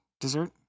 Dessert